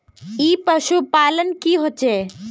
ई पशुपालन की होचे?